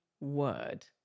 word